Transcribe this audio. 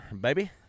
baby